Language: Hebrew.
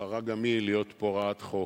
בחרה גם היא בהוראת חוק.